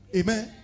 amen